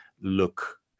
look